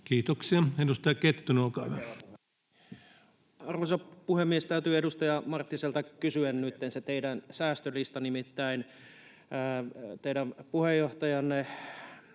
Time: 20:23 Content: Arvoisa puhemies! Täytyy edustaja Marttiselta kysyä nytten se teidän säästölista. Nimittäin teidän puheenjohtajanne,